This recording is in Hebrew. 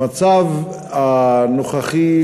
המצב הנוכחי,